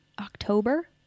October